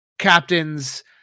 captains